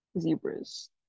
zebras